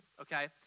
okay